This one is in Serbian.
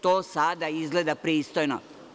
To sada izgleda pristojno.